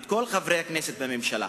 את כל חברי הכנסת, בממשלה,